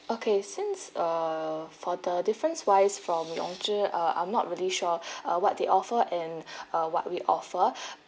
okay since err for the different wise from yong zhi uh I'm not really sure uh what they offer and uh what we offer